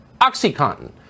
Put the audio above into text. Oxycontin